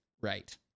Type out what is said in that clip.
right